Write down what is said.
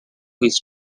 his